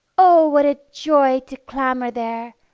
oh, what a joy to clamber there,